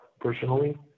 personally